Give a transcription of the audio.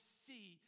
see